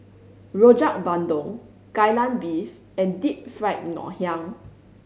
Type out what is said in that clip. Rojak Bandung Kai Lan Beef and Deep Fried Ngoh Hiang